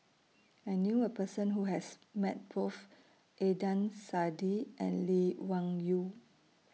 I knew A Person Who has Met Both Adnan Saidi and Lee Wung Yew